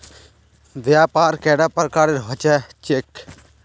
व्यापार कैडा प्रकारेर होबे चेक?